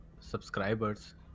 subscribers